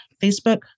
Facebook